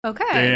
Okay